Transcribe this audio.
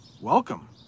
Welcome